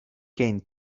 gain